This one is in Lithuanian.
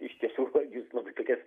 iš tiesų jūs labai tokias